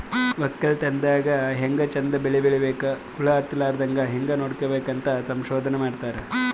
ವಕ್ಕಲತನ್ ದಾಗ್ ಹ್ಯಾಂಗ್ ಚಂದ್ ಬೆಳಿ ಬೆಳಿಬೇಕ್, ಹುಳ ಹತ್ತಲಾರದಂಗ್ ಹ್ಯಾಂಗ್ ನೋಡ್ಕೋಬೇಕ್ ಅಂತ್ ಸಂಶೋಧನೆ ಮಾಡ್ತಾರ್